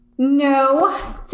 No